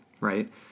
right